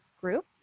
group